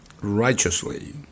righteously